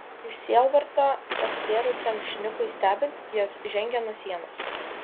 iš sielvarto pastėrusiam šnipui stebint jos žengė nuo sienos